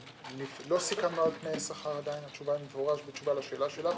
לא סיכמנו על תנאי השכר, זה בתשובה לשאלה שלך.